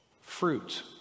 fruit